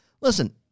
listen